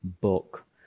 book